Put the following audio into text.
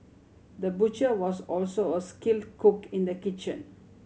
the butcher was also a skill cook in the kitchen